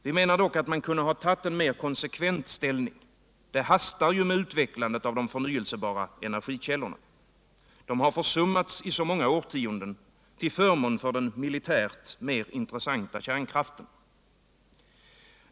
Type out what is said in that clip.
Vi menar dock att man kunde ha tagit en mer konsekvent ställning. Det hastar med utvecklandet av de förnyclsebara cnergikällorna. Dessa har försummats i många årtionden till förmån för den militärt mer intressanta kärnkraften.